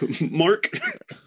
Mark